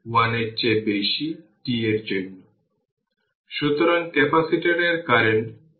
তাই v1 থেকে v2 তারপর vt এবং i t এর জন্য t 0 নির্ধারণ করুন